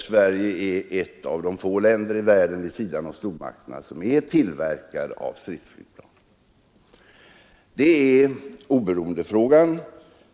Sverige är ett av de få länder i världen som är tillverkare av stridsflygplan vid sidan av stormakterna.